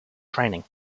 training